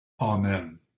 Amen